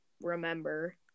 remember